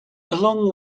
along